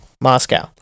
Moscow